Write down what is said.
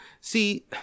See